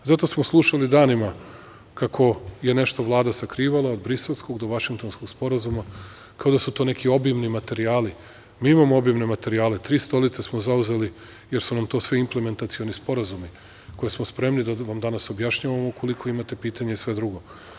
Zato smo slušali danima kako je nešto Vlada sakrivala od Briselskog do Vašingtonskog sporazuma, kao da su to neki obimni materijali, mi imamo obimne materijale, tri stolice smo zauzeli jer su nam to svi implementacioni sporazumi, koje smo spremni da vam danas objašnjavam ukoliko imate pitanje i sve drugo.